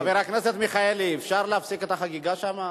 חבר הכנסת מיכאלי, אפשר להפסיק את החגיגה שם?